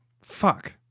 Fuck